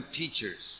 teachers